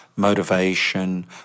motivation